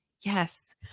Yes